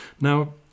Now